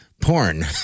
Porn